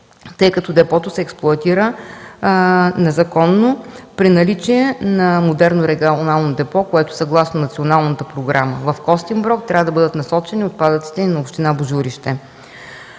тъй като депото се експлоатира незаконно при наличие на модерно регионално депо, в което, съгласно националната програма, в Костинброд, трябва да бъдат насочени отпадъците и на община Божурище.